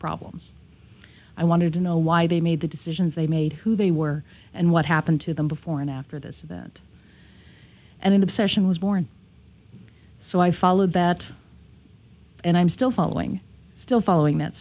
problems i wanted to know why they made the decisions they made who they were and what happened to them before and after this event and an obsession was born so i followed that and i'm still following still following that